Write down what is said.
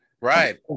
right